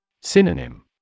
Synonym